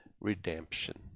redemption